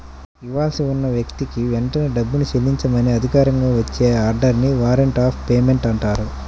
ఇవ్వాల్సి ఉన్న వ్యక్తికి వెంటనే డబ్బుని చెల్లించమని అధికారికంగా వచ్చే ఆర్డర్ ని వారెంట్ ఆఫ్ పేమెంట్ అంటారు